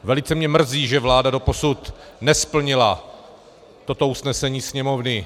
Velice mě mrzí, že vláda doposud nesplnila toto usnesení Sněmovny.